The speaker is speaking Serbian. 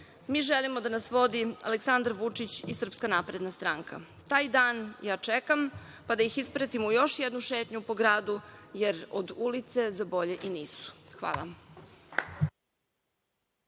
Mi želimo da nas vodi Aleksandar Vučić i SNS. Taj dan ja čekam, pa da ih ispratimo u još jednu šetnju po gradu, jer od ulice za bolje i nisu. Hvala.